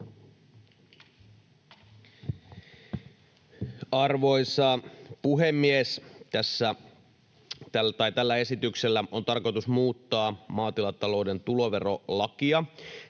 Arvoisa puhemies! Tällä esityksellä on tarkoitus muuttaa maatilatalouden tuloverolakia